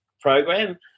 program